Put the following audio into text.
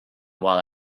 while